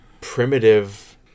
primitive